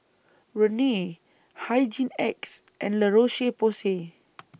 Rene Hygin X and La Roche Porsay